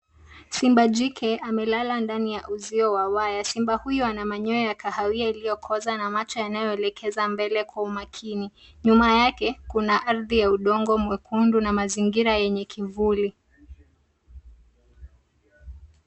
Simba jike amelala ndani ya uzio wa waya. Simba huyo ana manyoya ya kahawia iliyokoza na macho yanayoelekeza mbele kwa umakini. Nyuma yake kuna ardhi ya udongo mwekundu na mazingira yenye kivuli.